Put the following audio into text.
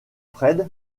fred